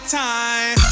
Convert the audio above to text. time